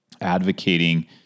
advocating